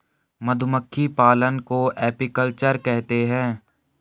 मधुमक्खी पालन को एपीकल्चर कहते है